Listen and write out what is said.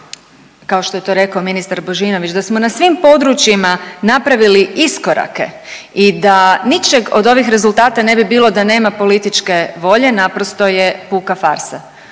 kao što je to rekao ministar Božinović da smo na svim područjima napravili iskorake i da ničeg ov ovih rezultata ne bi bilo da nema političke volje naprosto je puka farsa.